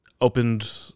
Opened